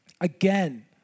Again